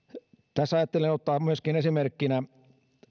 tässä ajattelin ottaa myöskin esimerkkinä